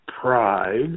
pride